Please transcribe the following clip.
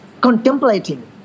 contemplating